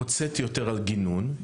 הוצאתי יותר על גינון,